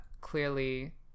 clearly